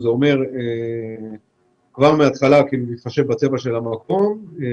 זה אומר שכבר בהתחלה להתחשב בצבע של המקום אבל